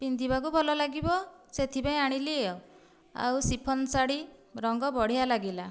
ପିନ୍ଧିବାକୁ ଭଲ ଲାଗିବ ସେଥିପାଇଁ ଆଣିଲି ଆଉ ଆଉ ଶିଫନ୍ ଶାଢ଼ୀ ରଙ୍ଗ ବଢ଼ିଆ ଲାଗିଲା